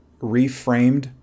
reframed